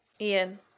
Ian